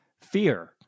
fear